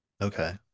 okay